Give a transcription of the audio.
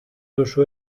duzu